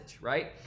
right